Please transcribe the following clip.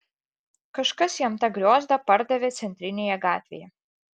kažkas jam tą griozdą pardavė centrinėje gatvėje